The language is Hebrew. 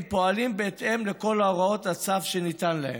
פועלים בהתאם לכל הוראות הצו שניתן להם.